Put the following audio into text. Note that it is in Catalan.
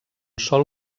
sol